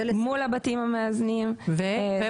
ולסיים אותם.